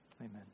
Amen